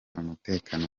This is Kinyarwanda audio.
umutekano